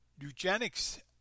eugenics